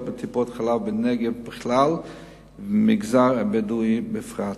בטיפות-החלב בנגב בכלל ובמגזר הבדואי בפרט.